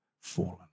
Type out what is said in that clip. fallen